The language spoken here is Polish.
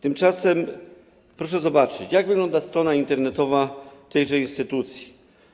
Tymczasem proszę zobaczyć, jak wygląda strona internetowa tejże instytucji.